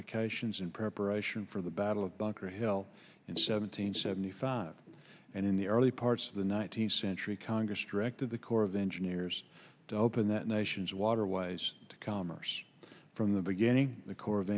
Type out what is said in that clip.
fortifications in preparation for the battle of bunker hill and seventeen seventy five and in the early parts of the nineteenth century congress directed the corps of engineers to open that nation's waterways to commerce from the beginning the corps of